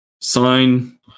Sign